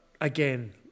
again